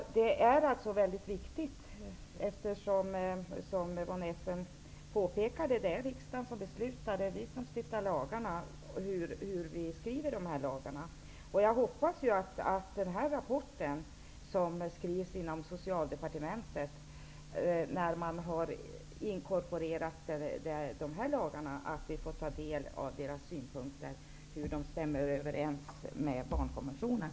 Det är mycket viktigt, vilket också Gustaf von Essen påpekade, eftersom det är riksdagen som fattar beslut och stiftar lagarna. När det gäller den rapport som skrivs inom Socialdepartementet hoppas jag att vi, när de här lagarna har inkorporerats, får ta del av de olika synpunkterna och undersöka hur de stämmer överens med FN:s barnkonvention.